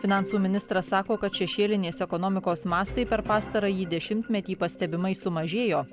finansų ministras sako kad šešėlinės ekonomikos mastai per pastarąjį dešimtmetį pastebimai sumažėjo